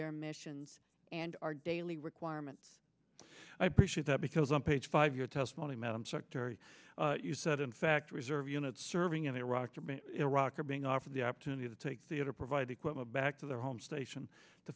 their missions and our daily requirements i appreciate that because on page five your testimony madam secretary you said in fact reserve units serving in iraq to iraq are being offered the opportunity to take the it or provide equipment back to their home station to